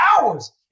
hours